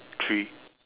three